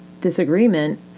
disagreement